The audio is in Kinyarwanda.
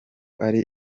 ari